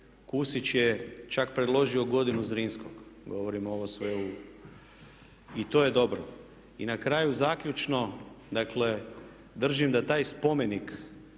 Kusić je čak predložio godinu Zrinskog i to je dobro. I na kraju zaključno, dakle držim da taj spomenik